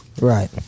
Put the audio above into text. Right